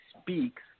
speaks